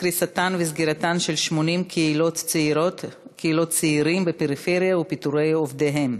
קריסתן וסגירתן של 80 קהילות צעירים בפריפריה ופיטורי עובדיהן,